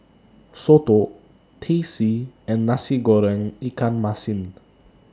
Soto Teh C and Nasi Goreng Ikan Masin